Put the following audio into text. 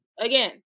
Again